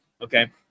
Okay